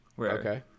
Okay